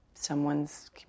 someone's